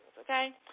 okay